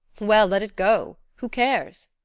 well, let it go who cares!